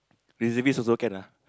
reservist also can ah